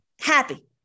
happy